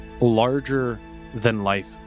larger-than-life